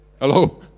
Hello